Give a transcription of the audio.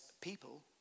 people